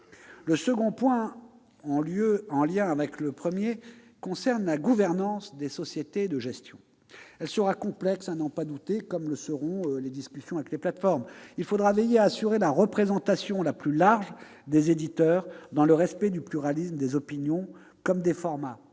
Le second point, en lien avec le premier, concerne la gouvernance des sociétés de gestion. Celle-ci sera complexe, à n'en pas douter, comme le seront les discussions avec les plateformes. Il faudra veiller à assurer la représentation la plus large possible des éditeurs, dans le respect du pluralisme des opinions et des formats,